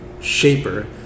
shaper